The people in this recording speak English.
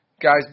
guys